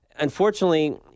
Unfortunately